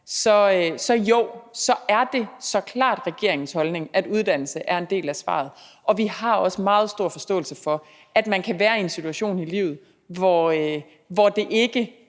jo, så er det så klart regeringens holdning, at uddannelse er en del af svaret, og vi har også meget stor forståelse for, at man kan være i en situation i livet, hvor det ikke